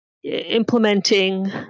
implementing